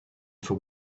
for